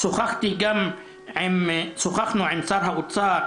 שוחחנו עם שר האוצר,